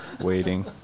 waiting